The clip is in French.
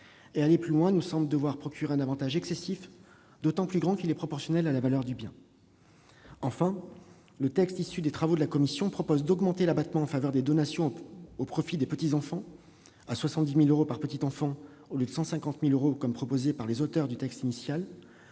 En allant plus loin, l'on procurerait un avantage excessif, d'autant plus grand qu'il est proportionnel à la valeur du bien. Enfin, le texte issu des travaux de la commission augmente l'abattement en faveur des donations au profit des petits-enfants à 70 000 euros par petit-fils ou petite-fille, au lieu de 150 000 euros, comme le proposaient les auteurs du texte initial.